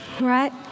right